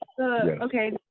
Okay